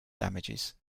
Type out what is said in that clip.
damages